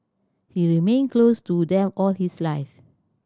he remained close to them all his life